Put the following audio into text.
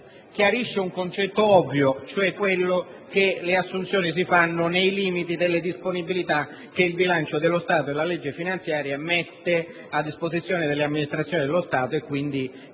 chiarisce un concetto ovvio, ossia che alle assunzioni si procede nei limiti delle risorse che il bilancio dello Stato e la legge finanziaria mettono a disposizione delle amministrazioni dello Stato; quindi,